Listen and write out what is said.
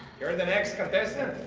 you're the next contestant.